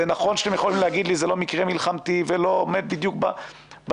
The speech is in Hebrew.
זה נכון שאתם יכולים להגיד לי: זה לא מקרה מלחמתי ולא עומד בדיוק בסוף,